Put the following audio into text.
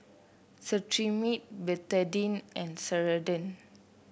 Cetrimide Betadine and Ceradan